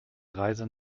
reise